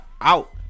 out